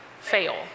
fail